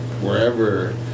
wherever